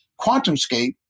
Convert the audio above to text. Quantumscape